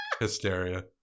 hysteria